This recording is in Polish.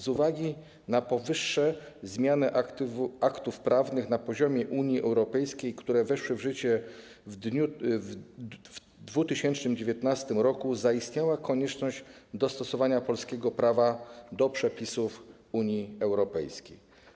Z uwagi na powyższe zmiany aktów prawnych na poziomie Unii Europejskiej, które weszły w życie w 2019 r., zaistniała konieczność dostosowania polskiego prawa do przepisów Unii Europejskiej.